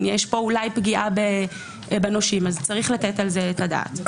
אם יש פגיעה בנושים צריך לתת לזה את הדעת.